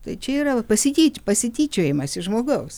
tai čia yra pasityt pasityčiojimas iš žmogaus